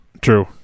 True